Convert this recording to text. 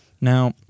Now